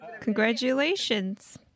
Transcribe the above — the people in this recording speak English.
Congratulations